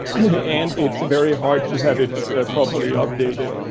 and it's very hard to have it properly updated.